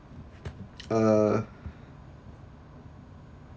uh